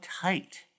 tight